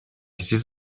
сиз